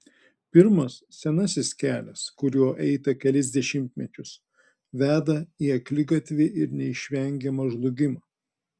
pirmas senasis kelias kuriuo eita kelis dešimtmečius veda į akligatvį ir neišvengiamą žlugimą